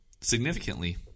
significantly